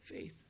faith